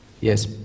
Yes